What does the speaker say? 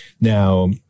Now